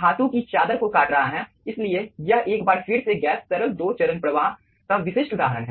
धातु की चादर को काट रहा है इसलिए यह एक बार फिर से गैस तरल दो चरण प्रवाह का विशिष्ट उदाहरण है